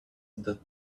that